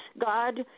God